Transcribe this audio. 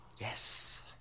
yes